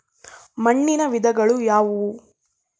ಮಣ್ಣಿನ ವಿಧಗಳು ಯಾವುವು?